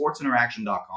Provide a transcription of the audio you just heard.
sportsinteraction.com